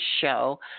show